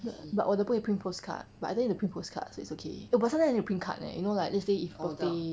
but 我的不可以 print postcard but I don't need to print postcard so it's okay oh but sometimes I need to print card eh you know like let's say if birthday